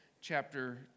chapter